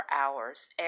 hours